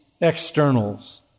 externals